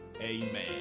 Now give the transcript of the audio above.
Amen